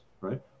right